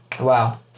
Wow